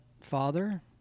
Father